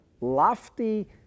Lofty